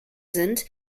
sind